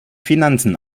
finanzen